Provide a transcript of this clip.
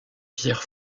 pierre